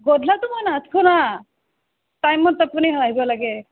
গধূলাটো মই নাথকো না টাইমত আপুনি আহিব লাগে